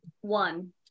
One